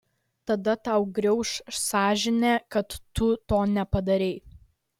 tada tau griauš sąžinė kad tu to nepadarei